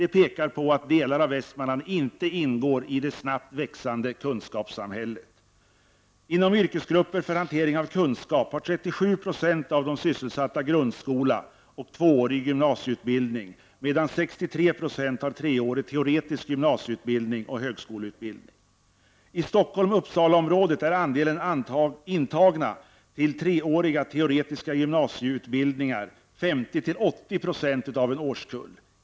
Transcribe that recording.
Detta pekar på att delar av Västmanland inte ingår i det snabbt växande ”kunskapssamhället”. Inom yrkesgrupper för hantering av kunskap har 37 96 av de sysselsatta grundskola och 2-årig gymnasieutbildning medan 63 26 har 3-årig teoretisk gymnasieutbildning och högskoleutbildning. I Stockholm-Uppsala-området är andelen intagna till 3-åriga teoretiska gymnasieutbildningar 50-80 26 av en årskull.